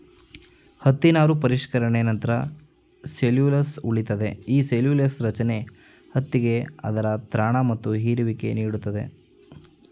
ಹತ್ತಿ ನಾರು ಪರಿಷ್ಕರಣೆ ನಂತ್ರ ಸೆಲ್ಲ್ಯುಲೊಸ್ ಉಳಿತದೆ ಈ ಸೆಲ್ಲ್ಯುಲೊಸ ರಚನೆ ಹತ್ತಿಗೆ ಅದರ ತ್ರಾಣ ಮತ್ತು ಹೀರುವಿಕೆ ನೀಡ್ತದೆ